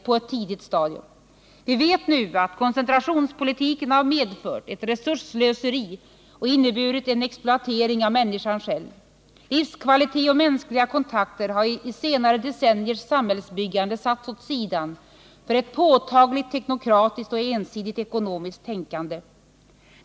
Vi vet nu att koncentrationspolitiken har medfört ett resursslöseri och inneburit en exploatering av människan själv. Livskvalitet och mänskliga kontakter har i senare decenniers samhällsbyggande satts åt sidan för ett påtagligt teknokratiskt och ensidigt ekonomiskt tänkande.